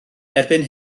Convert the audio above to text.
erbyn